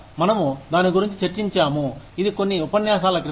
మనము దాని గురించి చర్చించాము ఇది కొన్ని ఉపన్యాసాల క్రితం